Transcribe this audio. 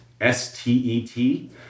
S-T-E-T